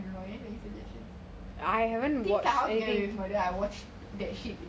things like how to get away with murder I watch that shit